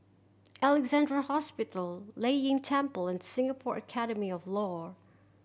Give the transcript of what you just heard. Alexandra Hospital Lei Yin Temple and Singapore Academy of Law